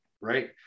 Right